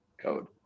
code